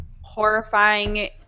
horrifying